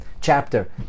chapter